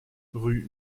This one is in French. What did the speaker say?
rue